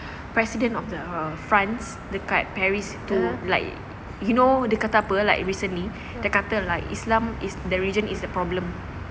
president of the france kat paris itu like you know dia kata apa like recently dia kata like islam is the region is the problem